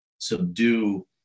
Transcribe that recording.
subdue